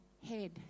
Head